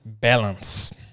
balance